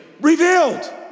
Revealed